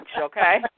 okay